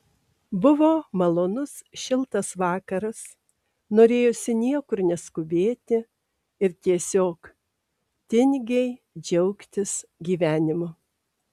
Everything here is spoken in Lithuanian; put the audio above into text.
buvo malonus šiltas vakaras norėjosi niekur neskubėti ir tiesiog tingiai džiaugtis gyvenimu